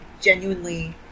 genuinely